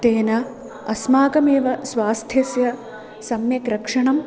तेन अस्माकमेव स्वास्थ्यस्य सम्यक् रक्षणं